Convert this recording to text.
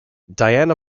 diane